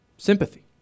Sympathy